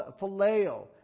phileo